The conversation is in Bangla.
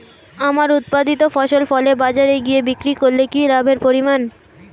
আমার উৎপাদিত ফসল ফলে বাজারে গিয়ে বিক্রি করলে কি লাভের পরিমাণ?